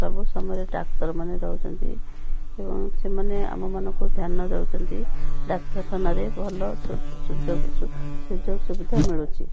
ସବୁ ସମୟରେ ଡାକ୍ତରମାନେ ରହୁଛନ୍ତି ଏବଂ ସେମାନେ ଆମ ମାନଙ୍କୁ ଧ୍ୟାନ ଦଉଛନ୍ତି ଡାକ୍ତରଖାନାରେ ଭଲ ସୁଯୋଗ ସୁଯୋଗ ସୁବିଧା ମିଳୁଛି